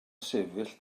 sefyll